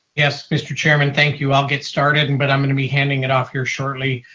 yes, mr. chairman. thank you, i'll get started. and but i'm going to be handing it off here shortly.